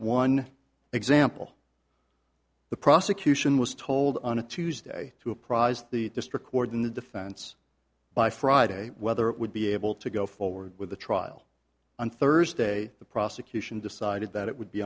one example the prosecution was told on a tuesday to apprise the just record in the defense by friday whether it would be able to go forward with the trial on thursday the prosecution decided that it would be